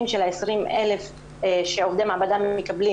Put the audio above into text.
של ה-20,000 שעובדי מעבדה מקבלים.